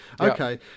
okay